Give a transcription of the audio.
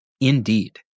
Indeed